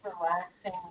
relaxing